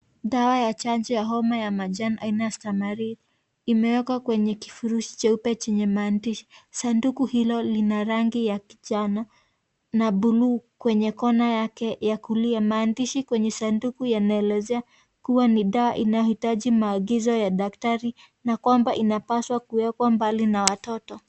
Dawa ya chanjo ya homa ya manjano aina ya Stamaril imewekwa kwenye kifurishi jeupe chenye maandishi sanduku hilo lina rangi ya kijani na buluu kwenye kona yake ya kulia maandishi kwenye sanduku yanaelezea kuwa ni dawa inayohitaji maagizo ya daktari na kwamba inapaswa kuwekwa mbali na watoro.